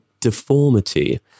deformity